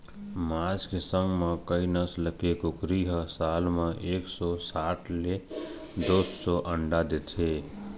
मांस के संग म कइ नसल के कुकरी ह साल म एक सौ साठ ले दू सौ अंडा देथे